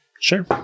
Sure